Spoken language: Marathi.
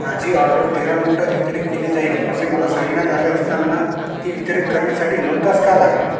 माझी ऑर्डर तेरा मिनिटांत वितरित केली जाईल असे मला सांगण्यात आले असतांना ती वितरित करण्यासाठी नऊ तास का लागले